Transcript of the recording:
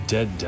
Dead